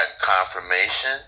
confirmation